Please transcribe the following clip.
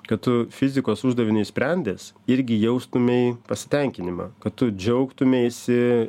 kad tu fizikos uždavinį sprendęs irgi jaustumei pasitenkinimą kad tu džiaugtumeisi